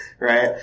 right